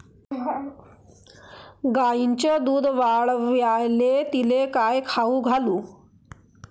गायीचं दुध वाढवायले तिले काय खाऊ घालू?